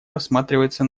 рассматривается